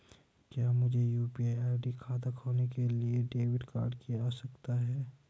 क्या मुझे यू.पी.आई खाता खोलने के लिए डेबिट कार्ड की आवश्यकता है?